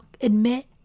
admit